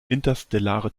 interstellare